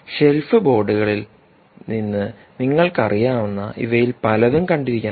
shelf ബോർഡുകളിൽ നിന്ന് നിങ്ങൾക്കറിയാവുന്ന ഇവയിൽ പലതും കണ്ടിരിക്കണം